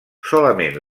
solament